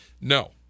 No